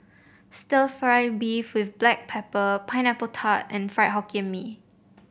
stir fry beef with Black Pepper Pineapple Tart and Fried Hokkien Mee